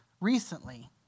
recently